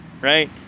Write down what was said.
right